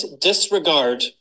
disregard